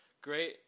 great